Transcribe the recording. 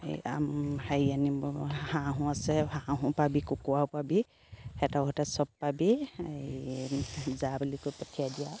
হেৰি আনিব হাঁহো আছে হাঁহো পাবি কুকুৱাও পাবি হেঁত ঘৰতে চব পাবি এই যা বুলি কৈ পঠিয়াই দিয়ে আৰু